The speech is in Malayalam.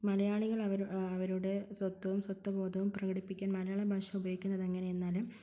മലയാളികൾ അവരുടെ സ്വത്വം സ്വത്വബോധവും പ്രകടിപ്പിക്കാൻ മലയാള ഭാഷ ഉപയോഗിക്കുന്നത് എങ്ങനെ എന്നാൽ